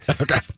Okay